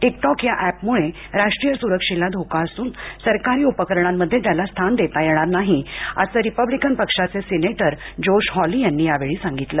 TikTok या अॅपमूळं राष्ट्रीय सुरक्षेला धोका असून सरकारी उपकरणांमध्ये त्याला स्थान देता येणार नाही असं रिपब्लिकन पक्षाचे सिनेटर जोश हॉली यांनी यावेळी सांगितलं